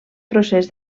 procés